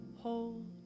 hold